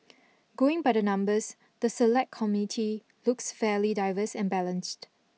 going by the numbers the Select Committee looks fairly diverse and balanced